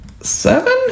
Seven